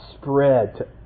spread